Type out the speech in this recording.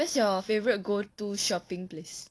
where's your favourite go to shopping place